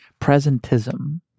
presentism